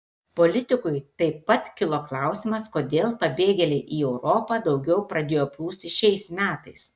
politikui taip pat kilo klausimas kodėl pabėgėliai į europą daugiau pradėjo plūsti šiais metais